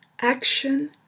Action